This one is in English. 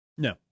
No